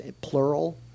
plural